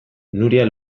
nuria